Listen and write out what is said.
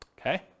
okay